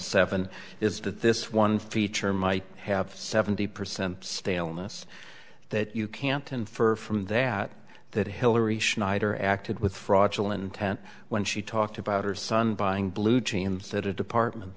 seven is that this one feature might have seventy percent staleness that you can't infer from that that hillary schneider acted with fraudulent intent when she talked about her son buying blue jeans that a department